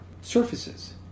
surfaces